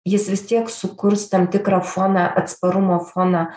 jis vis tiek sukurs tam tikrą foną atsparumo foną